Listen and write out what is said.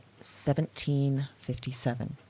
1757